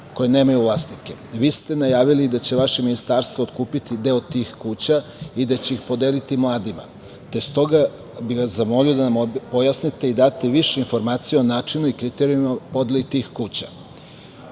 koje nemaju vlasnike. Vi ste najavili da će vaše Ministarstvo otkupiti deo tih kuća i da će ih podeliti mladima, te s toga bih vas zamolio da nam pojasnite i date više informacija o načinu i kriterijumima podeli tih kuća. Što